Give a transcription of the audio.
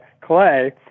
Clay